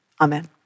Amen